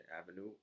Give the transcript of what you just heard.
Avenue